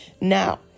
now